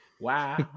Wow